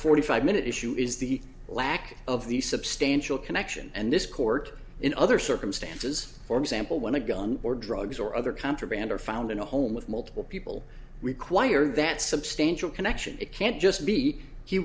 forty five minute issue is the lack of the substantial connection and this court in other circumstances for example when a gun or drugs or other contraband are found in a home with multiple people require that substantial connection it can't just be he